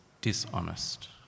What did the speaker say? dishonest